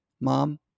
mom